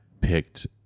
picked